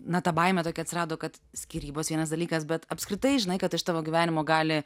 na ta baimė tokia atsirado kad skyrybos vienas dalykas bet apskritai žinai kad iš tavo gyvenimo gali